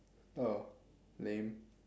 oh lame